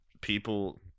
people